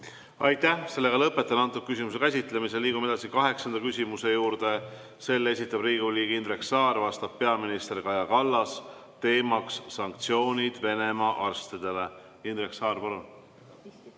Aitäh! Lõpetan selle küsimuse käsitlemise. Liigume edasi kaheksanda küsimuse juurde. Selle esitab Riigikogu liige Indrek Saar, vastab peaminister Kaja Kallas, teema on sanktsioonid Venemaa arstidele. Indrek Saar, palun!